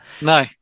No